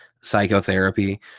psychotherapy